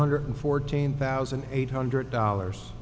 hundred fourteen thousand eight hundred dollars